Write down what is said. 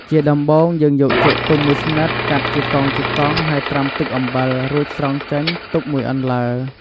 ជាដំបូងយើងយកចេកទុំមួយស្និត កាត់ជាកង់ៗ ហើយត្រាំទឹកអំបិល រួចស្រង់ចេញទុកមួយអន្លើ។